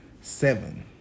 Seven